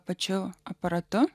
pačiu aparatu